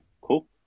cool